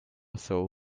sol